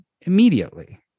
immediately